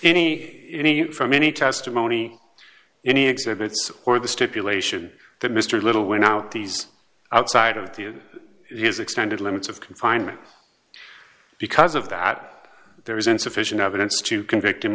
any any in from any testimony any exhibits or the stipulation that mr little went out these outside of the in his extended limits of confinement because of that there is insufficient evidence to convict him